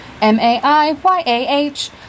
m-a-i-y-a-h